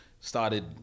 started